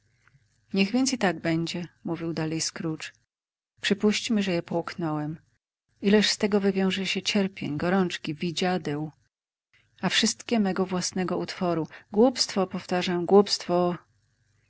niech więc i tak będzie mówił dalej scrooge przypuśćmy że je połknąłem ileż z tego wywiąże się cierpień gorączki widziadeł a wszystkie mego własnego utworu głupstwo powtarzam głupstwo